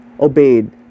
obeyed